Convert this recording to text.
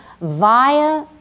via